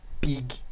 big